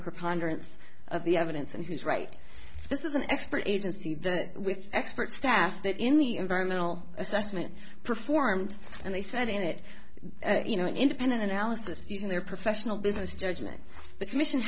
preponderance of the evidence and who's right this is an expert agency with expert staff that in the environmental assessment performed and they said in that you know independent analysis using their professional business judgment the commission